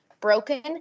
broken